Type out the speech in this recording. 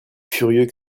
furieux